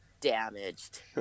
damaged